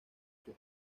sus